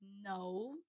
No